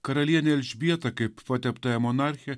karalienė elžbieta kaip patepta monarchė